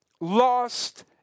Lost